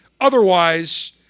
Otherwise